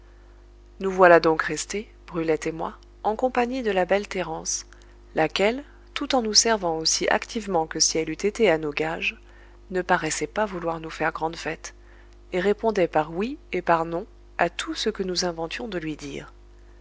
nous voilà donc restés brulette et moi en compagnie de la belle thérence laquelle tout en nous servant aussi activement que si elle eût été à nos gages ne paraissait pas vouloir nous faire grande fête et répondait par oui et par non à tout ce que nous inventions de lui dire